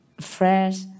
fresh